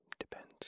depends